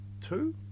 two